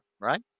right